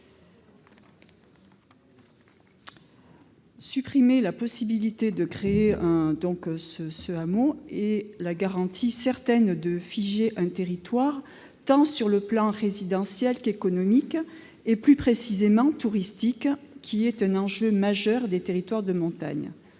Supprimer la possibilité de créer un tel hameau est la garantie certaine de figer un territoire, sur le plan tant résidentiel qu'économique, et plus précisément touristique, qui est un enjeu majeur des territoires de montagne.